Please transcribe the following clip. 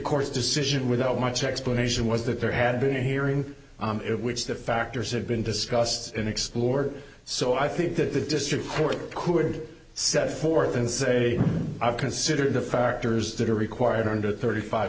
court's decision without much explanation was that there had been a hearing it which the factors have been discussed in explored so i think that the district court could set forth and say i've considered the factors that are required under thirty five